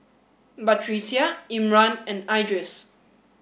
Batrisya Imran and Idris